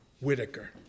Whitaker